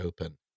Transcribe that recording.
open